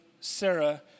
Sarah